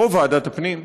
ועדת הפנים.